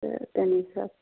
تہٕ تَمی حِساب